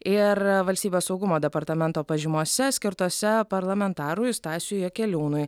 ir valstybės saugumo departamento pažymose skirtose parlamentarui stasiui jakeliūnui